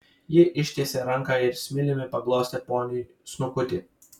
ji ištiesė ranką ir smiliumi paglostė poniui snukutį